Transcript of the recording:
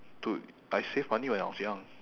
dude I saved money when I was young